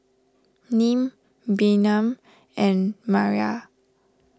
Nim Bynum and Maria